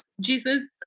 Jesus